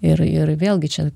ir ir vėlgi čia